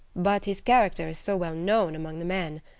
but his character is so well known among the men.